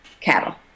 cattle